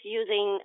using